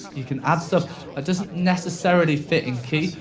you can add stuff that doesn't necessarily fit in key,